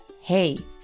Hey